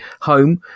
home